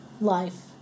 life